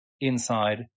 inside